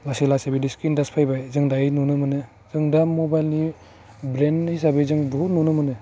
लासै लासै बिदि स्क्रिन टाच फैबाय जों दायो नुनो मोनो जों दा मबाइलनि ब्रेन्ड हिसाबै जों बहुत नुनो मोनो